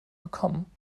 gekommen